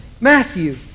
Matthew